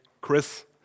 Chris